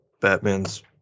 Batman's